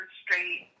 straight